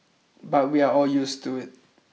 but we are all used to it